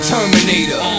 Terminator